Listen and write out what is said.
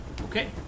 Okay